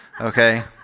Okay